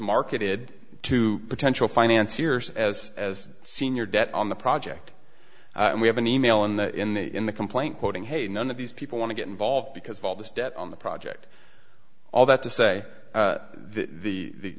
marketed to potential financier's as as senior debt on the project and we have an e mail in the in the in the complaint quoting hey none of these people want to get involved because of all this debt on the project all that to say the